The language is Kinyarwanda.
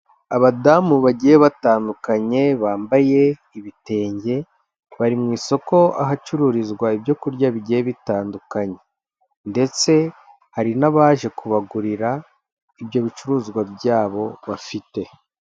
Abadamu bagiye batandukanye bambaye ibitenge bari mu isoko ahacururizwa ibyokurya bigiye bitandukanye ndetse hari n'abaje kubagurira ibyo bicuruzwa byabo bafite.